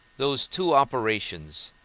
those two operations,